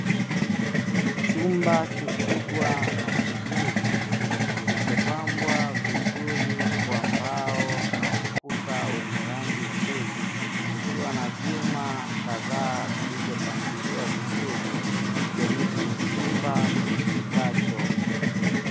Chumba Kikubwa na kizuri kilichopambwa vizuri kwa mbao na ukuta wenye rangi nzuri, kukiwa na vyuma kadhaa vilivyopangiliwa vizuri ikionyesha ni chumba kitumikacho.